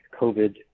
covid